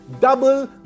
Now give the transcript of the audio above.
double